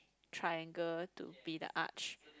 triangle to be the arch